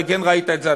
אולי כן ראית את זה,